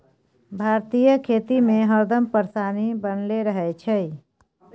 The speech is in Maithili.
भारतीय खेती में हरदम परेशानी बनले रहे छै